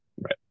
Right